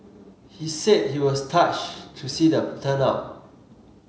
he said he was touched to see the turnout